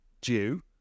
due